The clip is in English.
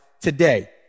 today